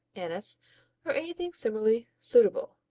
anise or anything similarly suitable.